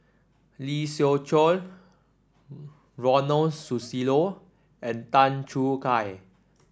Lee Siew Choh Ronald Susilo and Tan Choo Kai